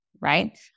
right